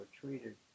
treated